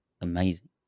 amazing